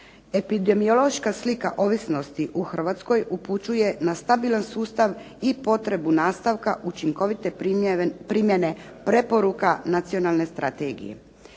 Epidemiološka slika ovisnosti u Hrvatskoj upućuje na stabilan sustav i potrebu nastavka učinkovite primjene preporuka nacionalne strategije.